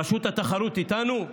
רשות התחרות איתנו?